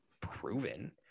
proven